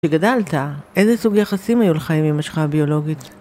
כשגדלת, איזה סוג יחסים היו לך עם אמא שלך הביולוגית?